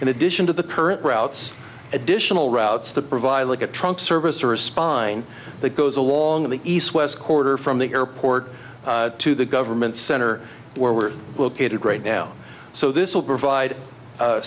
in addition to the current routes additional routes to provide like a trunk service or a spine that goes along the east west corner from the airport to the government center where we're located right now so this will provide